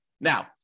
Now